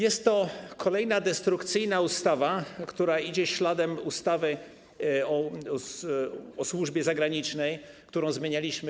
Jest to kolejna destrukcyjna ustawa, która idzie śladem ustawy o służbie zagranicznej, którą już raz zmienialiśmy.